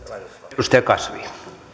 arvoisa puhemies